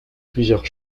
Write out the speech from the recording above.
plusieurs